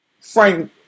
Frank